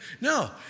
No